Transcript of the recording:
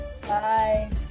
Bye